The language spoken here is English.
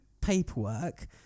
paperwork